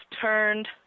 turned